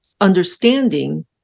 understanding